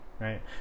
right